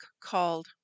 called